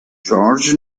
george